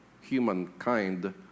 humankind